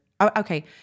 okay